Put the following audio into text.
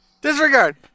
disregard